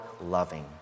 loving